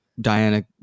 Diana